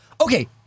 Okay